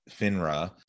FINRA